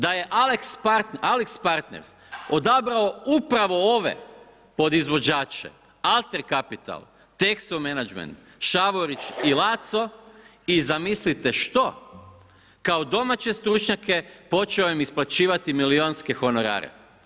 Da je AlixPartners odabrao upravo ove podizvođače, Alten Capital, Texo Management, Šavorić i Laco i zamislite što, kao domaće stručnjake počeo im je isplaćivati milijunske honorare.